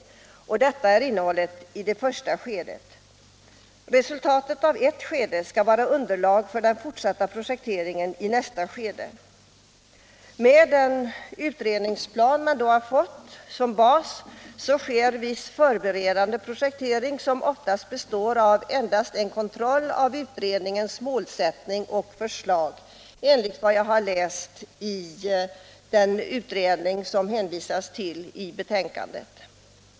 Detta är alltså innehållet i det första skedet. Resultatet av ett skede skall vara underlag för den fortsatta projekteringen i nästa skede. Med den utredningsplan man då har fått som bas sker viss förberedande projektering som oftast består i endast en kontroll av utredningens målsättning och förslag, enligt vad jag har läst i den utredning som det hänvisas till i betänkandet.